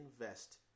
invest